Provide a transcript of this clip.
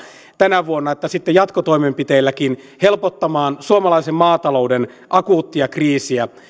tänä vuonna että sitten jatkotoimenpiteilläkin helpottamaan suomalaisen maatalouden akuuttia kriisiä se